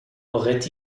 aurait